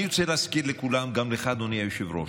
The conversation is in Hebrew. אני רוצה להזכיר לכולם, גם לך, אדוני היושב-ראש: